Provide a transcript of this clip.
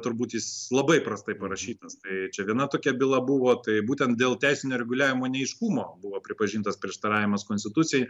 turbūt jis labai prastai parašytas tai čia viena tokia byla buvo tai būtent dėl teisinio reguliavimo neaiškumo buvo pripažintas prieštaravimas konstitucijai